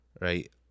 Right